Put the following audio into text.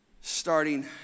Starting